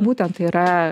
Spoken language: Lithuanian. būtent tai yra